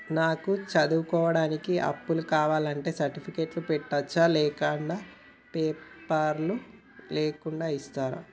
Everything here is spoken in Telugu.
నాకు చదువుకోవడానికి అప్పు కావాలంటే సర్టిఫికెట్లు పెట్టొచ్చా లేకుంటే పేపర్లు లేకుండా ఇస్తరా?